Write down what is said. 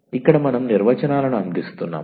ఇక్కడ మనం నిర్వచనాలను అందిస్తున్నాము